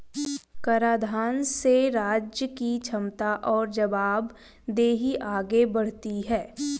कराधान से राज्य की क्षमता और जवाबदेही आगे बढ़ती है